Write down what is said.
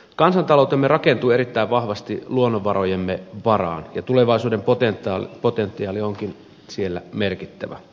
kansantaloutemme rakentuu erittäin vahvasti luonnonvarojemme varaan ja tulevaisuuden potentiaali onkin merkittävä